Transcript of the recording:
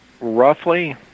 roughly